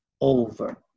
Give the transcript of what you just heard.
over